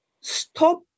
stop